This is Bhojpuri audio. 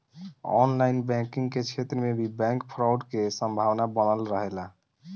ऑनलाइन बैंकिंग के क्षेत्र में भी बैंक फ्रॉड के संभावना बनल रहेला